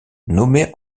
nommé